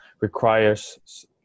requires